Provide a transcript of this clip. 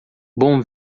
bom